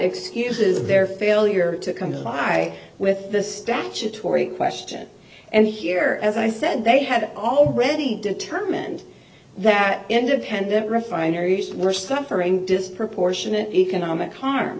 excuses their failure to comply with the statutory question and here as i said they have already determined that independent refineries were suffering disproportionately economic harm